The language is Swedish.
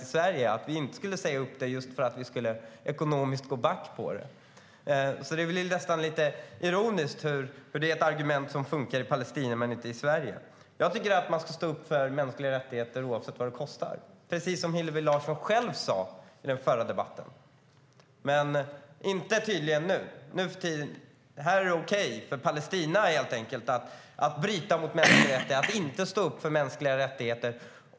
Det skulle inte sägas upp för att vi skulle gå back ekonomiskt. Det blir nästan lite ironiskt att det argumentet funkar i Palestina men inte i Sverige.Vi ska stå upp för mänskliga rättigheter oavsett vad det kostar - precis som Hillevi Larsson själv sa i den förra debatten. Men för Palestina är det tydligen okej att bryta mot mänskliga rättigheter och att inte stå upp för mänskliga rättigheter.